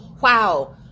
Wow